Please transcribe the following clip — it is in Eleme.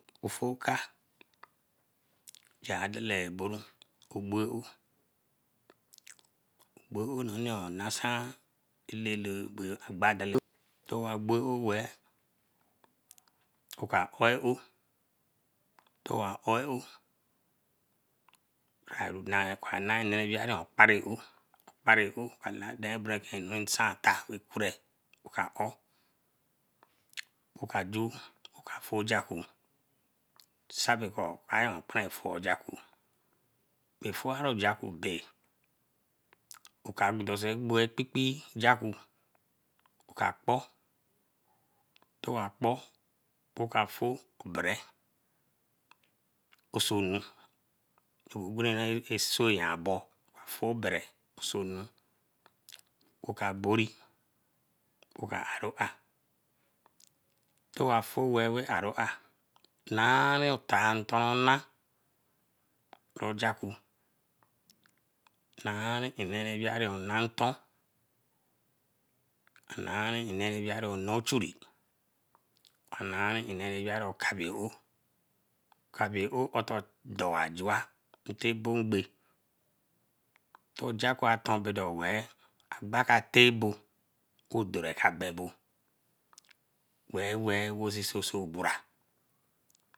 Ofo ka ja deleboru, ogbo oou, ogbo oou nasan eleele agba dale. Owa ogbo oou weeh oka ou oou, towa ou oou kara ru nah owa nanu rawiraru are-oou, oka la darenbe nsai tar weh couree ka oo, okaju oka foe ojakpo sabeko owe kpenru foe ojakpo. Bae foe wa ojakpo bae, oka gbo ekpikpi jakpo. oka kpor. Towa kpor, boro ka fo obere osonu, gbere osoe na bo, oka fo obere osonu, oka boree, oka aru ar. Towa fo weeh aru ar, nari otar nton nah ojakpo, nari enu ra weeri onanton, naeri enu ra weeri onuchiri, naeri enu ra weeri okabeoou. Te ojkpo aton bodo weeh, agba ka teh abo ko dere ka gbebo weeh weeh wesinsinso bura.